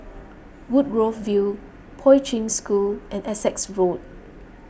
Woodgrove View Poi Ching School and Essex Road